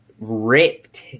ripped